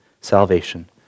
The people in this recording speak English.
salvation